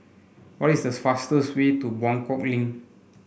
what is the fastest way to Buangkok Link